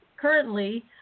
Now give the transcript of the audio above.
currently